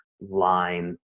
lime